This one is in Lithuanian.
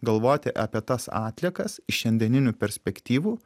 galvoti apie tas atliekas iš šiandieninių perspektyvų